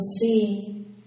see